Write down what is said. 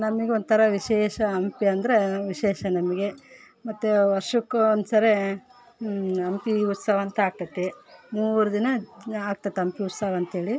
ನಮಗ್ ಒಂಥರ ವಿಶೇಷ ಹಂಪಿ ಅಂದರೆ ವಿಶೇಷ ನಮಗೆ ಮತ್ತು ವರ್ಷಕ್ಕೆ ಒಂದ್ಸರಿ ಹಂಪಿ ಉತ್ಸವ ಅಂತ ಆಗ್ತತೆ ಮೂರು ದಿನ ಆಗ್ತತೆ ಹಂಪಿ ಉತ್ಸವ ಅಂತೇಳಿ